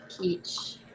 peach